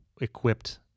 equipped